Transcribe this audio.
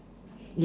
yes